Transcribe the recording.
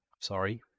sorry